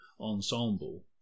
ensemble